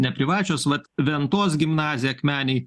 neprivačios vat ventos gimnazija akmenėj